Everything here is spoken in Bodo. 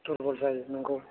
दुरबल जायो नंगौ